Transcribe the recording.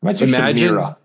Imagine